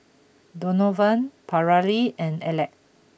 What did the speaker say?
Donovan Paralee and Alek